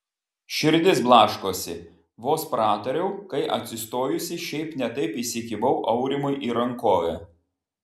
širdis blaškosi vos pratariau kai atsistojusi šiaip ne taip įsikibau aurimui į rankovę